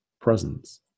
presence